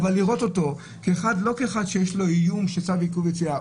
אבל לראות אותו לא כאחד שיש לו איום של צו עיכוב יציאה.